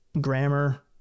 grammar